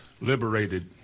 liberated